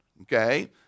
okay